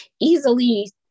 easily